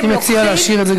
אני מציע להשאיר את זה,